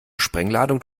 sprengladung